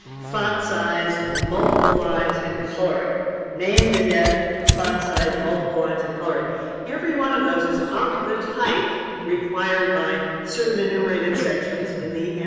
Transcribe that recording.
font size, multiple lines, and coloring name, vignette, font size, multiple lines, and coloring every one of those is of the type required by certain enumerated sections in the and